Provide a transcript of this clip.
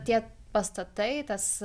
tie pastatai tas